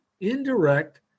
indirect